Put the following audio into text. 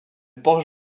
porche